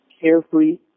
carefree